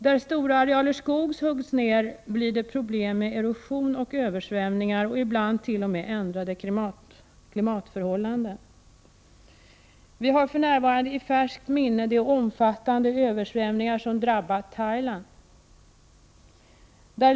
Där stora arealer skog huggs ned blir det problem med erosion och översvämningar samt ibland t.o.m. ändrade klimatförhållanden. Vi har i färskt minne de omfattande översvämningar som drabbat Thailand.